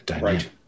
right